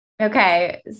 Okay